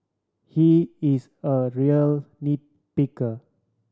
he is a real nit picker